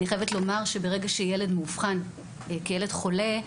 אני חייבת לומר שברגע שילד מאובחן כילד חולה,